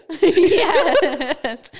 yes